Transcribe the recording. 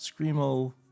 screamo